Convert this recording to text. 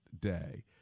day